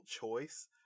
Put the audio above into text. choice